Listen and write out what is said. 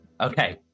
Okay